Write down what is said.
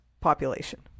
population